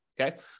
okay